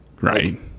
right